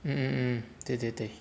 mm mm 对对对